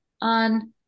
on